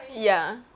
ya